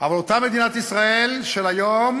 אבל מדינת ישראל של היום